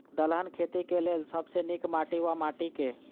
दलहन खेती केँ लेल सब सऽ नीक माटि वा माटि केँ?